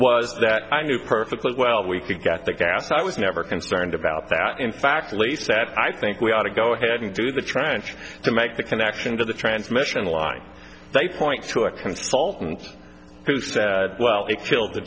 was that i knew perfectly well we could get that data i was never concerned about that in fact least that i think we ought to go ahead and do the trench to make the connection to the transmission line they point to a consultant who said well it kill